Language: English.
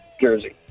jersey